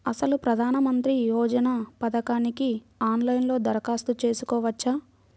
అసలు ప్రధాన మంత్రి యోజన పథకానికి ఆన్లైన్లో దరఖాస్తు చేసుకోవచ్చా?